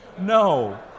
No